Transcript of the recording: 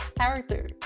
character